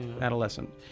adolescent